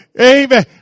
Amen